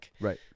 Right